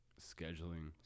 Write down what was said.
scheduling